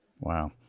Wow